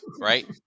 right